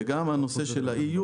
וגם הנושא של ה-EU,